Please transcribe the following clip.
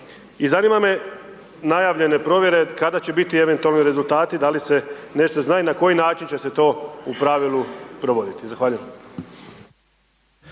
i zanima me najavljene provjere kada će biti eventualno rezultati, da li se nešto zna i na koji način će se to u pravilu provoditi? Zahvaljujem.